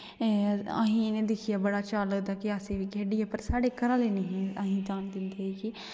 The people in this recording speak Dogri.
असें इ'नें ई दिक्खियै बड़ा शैल लगदा कि अस बी खेढचै पर साढ़े घर आह्ले निं असें ई जान दिंदे कि